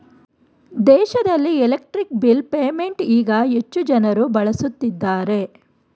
ದೇಶದಲ್ಲಿ electric bill payment ಈಗ ಹೆಚ್ಚು ಜನರು ಬಳಸುತ್ತಿದ್ದಾರೆ